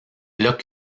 plats